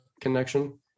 connection